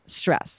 stress